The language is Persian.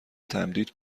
تمدید